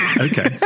Okay